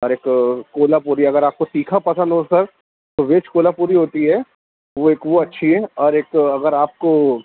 اور ایک کولہا پوری آپ کو تیکھا پسند ہو سر تو ویج کولھا پوری ہوتی ہے وہ ایک اچھی ہے اور ایک اگر آپ کو